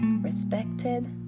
respected